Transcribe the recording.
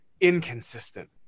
inconsistent